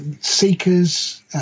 seekers